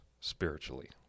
spiritually